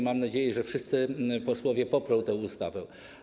Mam nadzieję, że wszyscy posłowie poprą tę ustawę.